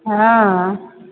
हँ